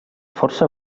força